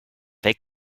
they